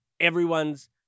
everyone's